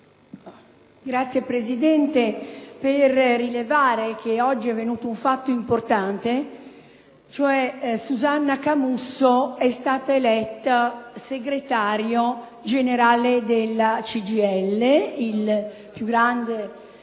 Signor Presidente, vorrei rilevare che oggi è avvenuto un fatto importante: Susanna Camusso è stata eletta segretario generale della CGIL, il più grande